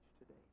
today